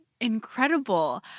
incredible